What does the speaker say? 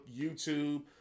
YouTube